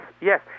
yes